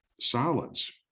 solids